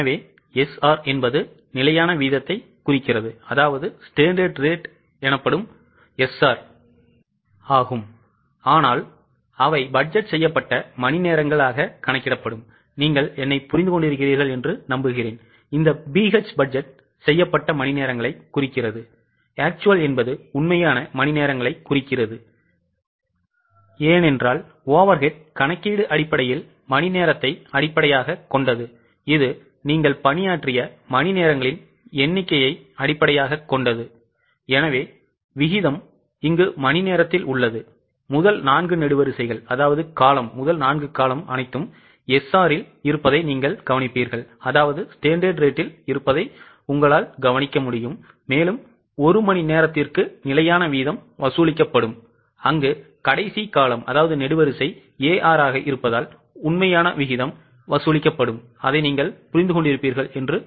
எனவே SR என்பது நிலையான வீதத்தைக் அனைத்தும் SRல் இருப்பதை நீங்கள் கவனிப்பீர்கள்அதாவது ஒரு மணி நேரத்திற்கு நிலையான வீதம் வசூலிக்கப்படும் அங்கு கடைசி நெடுவரிசை AR ஆக இருப்பதால் உண்மையான விகிதம் வசூலிக்கப்படும்அதைப்புரிந்து கொள்கிறீர்களா